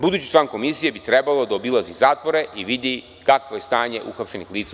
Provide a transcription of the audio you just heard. Budući član komisije bi trebalo da obilazi zatvore i vidi kakvo je stanje uhapšenih lica u